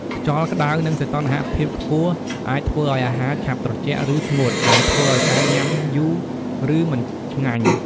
ខ្យល់ក្តៅ និងសីតុណ្ហភាពខ្ពស់អាចធ្វើឱ្យអាហារឆាប់ត្រជាក់ ឬស្ងួត ដែលធ្វើឱ្យការញ៉ាំយូរ ឬមិនឆ្ងាញ់។